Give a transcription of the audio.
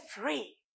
free